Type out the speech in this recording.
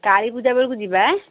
କାଳୀ ପୂଜା ବେଳକୁ ଯିବା ଏଁ